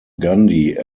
gandhi